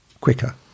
quicker